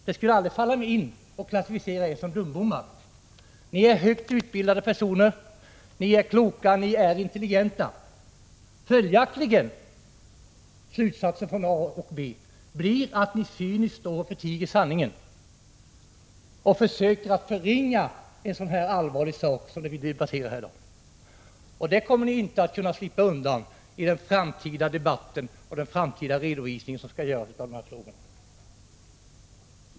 Det skulle aldrig falla mig in att klassifiera er som dumbommar. Ni är högt utbildade personer, och ni är kloka och ni är intelligenta. Slutsaten blir följaktligen att ni cyniskt står och förtiger sanningen och försöker förringa den allvarliga sak som vi debatterar häri dag. Det kommer ni inte att slippa undan i den framtida redovisning som skall ges av denna fråga.